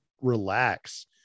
relax